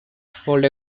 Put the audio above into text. hold